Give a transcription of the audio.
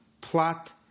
plot